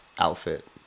outfit